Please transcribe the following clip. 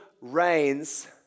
reigns